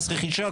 מס רכישה,